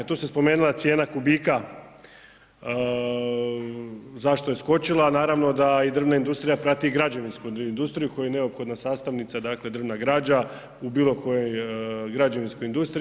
Tu se spomenula cijena kubika zašto je skočila, naravno da i drvna industrija prati građevinsku industriju koja je neophodna sastavnica, dakle drvna građa u bilo kojoj građevinskoj industriji.